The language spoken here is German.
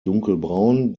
dunkelbraun